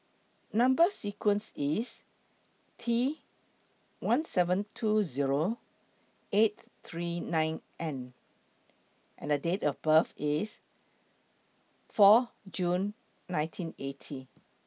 Number sequence IS T one seven two Zero eight three nine N and Date of birth IS four June nineteen eighty